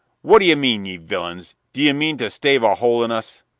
what d'ye mean, ye villains? d'ye mean to stave a hole in us?